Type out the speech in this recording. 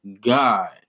God